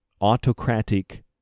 autocratic